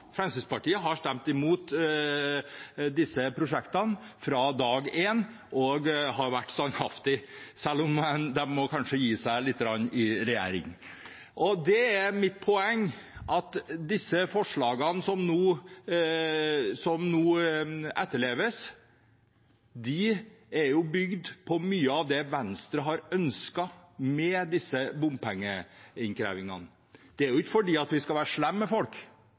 Fremskrittspartiet. De har stemt imot disse prosjektene fra dag én og har vært standhaftige, selv om de kanskje må gi seg lite grann i regjering. Det er mitt poeng: De forslagene som nå etterleves, er bygd på mye av det Venstre har ønsket med disse bompengeinnkrevingene. Det er ikke fordi vi skal være slemme med folk;